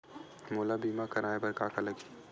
मोला बीमा कराये बर का का लगही?